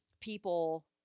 people